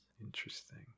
interesting